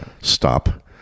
stop